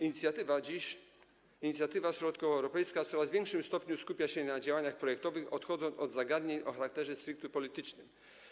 Inicjatywa Środkowoeuropejska w coraz większym stopniu skupia się na działaniach projektowych, odchodząc od zagadnień o charakterze stricte politycznym.